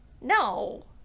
No